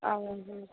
ஆ ம்